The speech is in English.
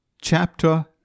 Chapter